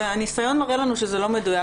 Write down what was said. הניסיון מראה לנו שזה לא מדויק.